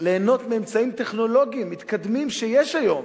ליהנות מאמצעים טכנולוגיים, מתקדמים, שיש היום,